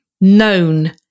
known